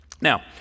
Now